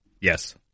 Yes